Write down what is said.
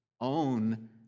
own